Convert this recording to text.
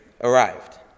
arrived